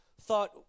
thought